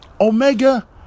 omega